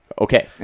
okay